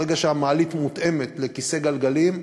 ברגע שהמעלית מותאמת לכיסא גלגלים,